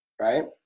right